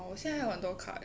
!wah! 我现在有很多卡 leh